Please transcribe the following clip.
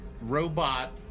robot